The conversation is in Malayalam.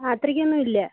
ആ അത്രയ്ക്ക് ഒന്നുമില്ല